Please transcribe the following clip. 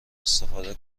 استفاده